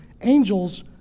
angels